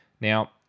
Now